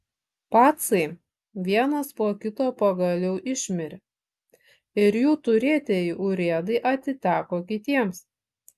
pacai vienas po kito pagaliau išmirė ir jų turėtieji urėdai atiteko kitiems